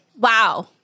Wow